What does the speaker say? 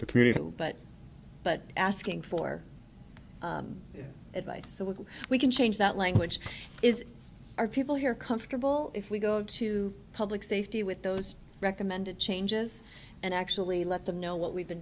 the community but but asking for advice so we can change that language is our people here comfortable if we go to public safety with those recommended changes and actually let them know what we've been